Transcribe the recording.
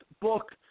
book